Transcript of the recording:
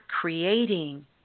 creating